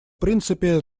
принципе